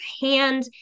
hand